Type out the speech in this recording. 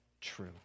true